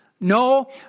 No